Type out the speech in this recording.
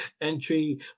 entry